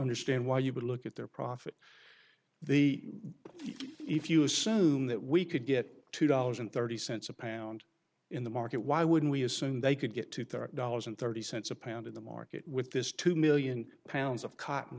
understand why you would look at their profit the if you assume that we could get two dollars and thirty cents a pound in the market why would we assume they could get to thirty dollars and thirty cents a pound in the market with this two million pounds of c